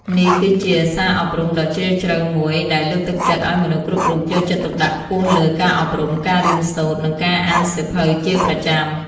នេះគឺជា សារអប់រំដ៏ជ្រាលជ្រៅមួយ ដែលលើកទឹកចិត្តឱ្យមនុស្សគ្រប់រូបយកចិត្តទុកដាក់ខ្ពស់លើ ការអប់រំ ការរៀនសូត្រ និងការអានសៀវភៅ ជាប្រចាំ។